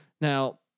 Now